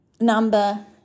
Number